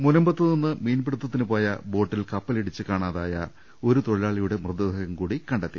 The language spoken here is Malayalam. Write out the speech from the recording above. മുനമ്പത്തുനിന്ന് മീൻപിടുത്തത്തിന് പോയ ബോട്ടിൽ കപ്പലിടിച്ച് കാണാതായ ഒരു തൊഴിലാളിയുടെ മൃതദേഹം കൂടി കണ്ടെത്തി